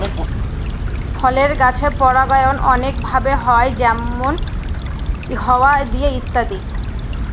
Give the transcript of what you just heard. ফলের গাছের পরাগায়ন অনেক ভাবে হয় যেমন হাওয়া দিয়ে ইত্যাদি